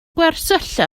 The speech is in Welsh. gwersylla